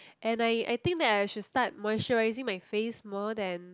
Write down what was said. and I I think that I should start moisturising my face more than